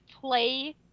play